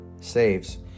saves